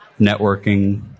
networking